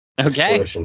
okay